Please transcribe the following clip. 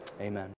amen